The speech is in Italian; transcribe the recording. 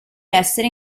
essere